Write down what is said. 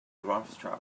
rothschild